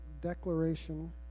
declaration